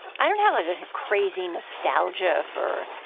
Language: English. i don't have like a crazy nostalgia for,